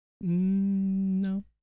No